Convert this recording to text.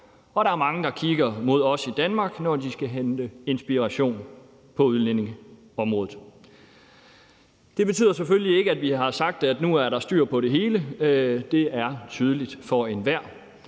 og der er mange der kigger mod os i Danmark, når de skal hente inspiration på udlændingeområdet. Det betyder selvfølgelig ikke, at vi har sagt, at nu er der styr på det hele. Det er tydeligt for enhver.